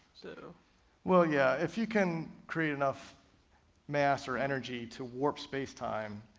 so well yeah if you can create enough mass or energy to warp spacetime,